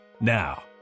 Now